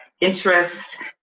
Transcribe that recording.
interest